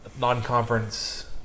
non-conference